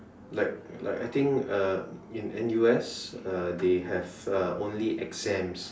like like I think uh in N_U_S uh they have uh only exams